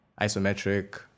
isometric